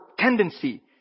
tendency